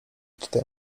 tutaj